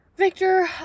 Victor